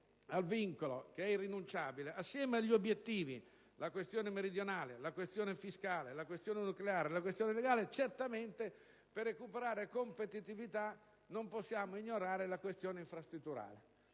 al vincolo irrinunciabile, assieme agli obiettivi (la questione meridionale, la questione fiscale, la questione nucleare e la questione legale) certamente, per recuperare competitività, non possiamo ignorare la questione infrastrutturale.